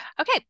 Okay